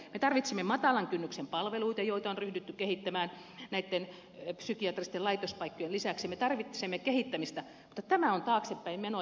me tarvitsemme matalan kynnyksen palveluita joita on ryhdytty kehittämään näitten psykiatristen laitospaikkojen lisäksi me tarvitsemme kehittämistä mutta tämä on taaksepäin menoa